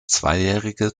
zweijährige